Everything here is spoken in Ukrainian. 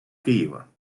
києва